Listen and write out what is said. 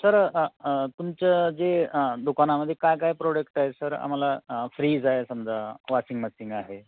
sir तुमचं जे दुकानामध्ये काय काय प्रोडक्ट आहेत सर आम्हाला फ्रीज आहे समजा वॉशिंग मशींग आहे